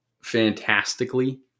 fantastically